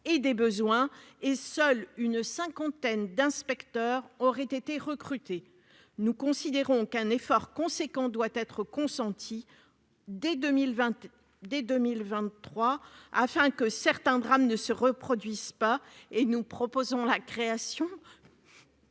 et des besoins et seule une cinquantaine d'inspecteurs auraient été recrutés. Nous estimons qu'un effort important doit être consenti dès 2023, afin que certains drames ne se reproduisent pas. Nous proposons ainsi la création